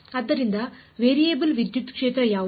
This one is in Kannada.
ಆದ್ದರಿಂದ ವೇರಿಯಬಲ್ ವಿದ್ಯುತ್ ಕ್ಷೇತ್ರ ಯಾವುದು